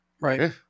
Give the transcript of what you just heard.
Right